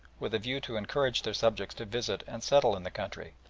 with a view to encourage their subjects to visit and settle in the country,